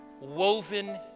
woven